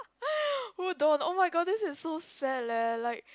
who don't oh my god this is so sad leh like